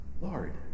Lord